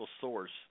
source